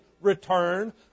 return